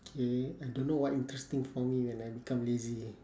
okay I don't know what interesting for me when I become lazy